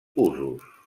usos